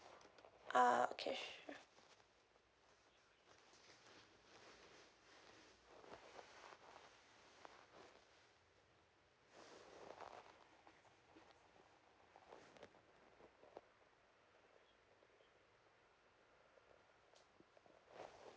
ah okay sure